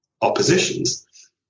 oppositions